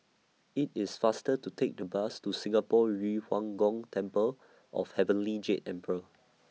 IT IS faster to Take The Bus to Singapore Yu Huang Gong Temple of Heavenly Jade Emperor